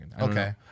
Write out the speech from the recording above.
okay